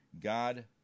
God